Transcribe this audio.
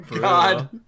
god